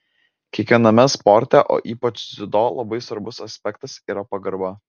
kiekviename sporte o ypač dziudo labai svarbus aspektas yra pagarba